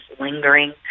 lingering